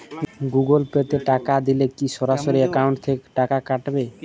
Google Pay তে টাকা দিলে কি সরাসরি অ্যাকাউন্ট থেকে টাকা কাটাবে?